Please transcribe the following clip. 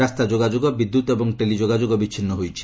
ରାସ୍ତା ଯୋଗାଯୋଗ ବିଦ୍ୟୁତ ଏବଂ ଟେଲି ଯୋଗାଯୋଗ ବିଚ୍ଛିନ୍ନ ହୋଇଛି